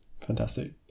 Fantastic